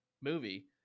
movie